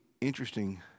interesting